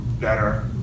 better